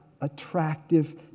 attractive